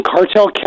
Cartel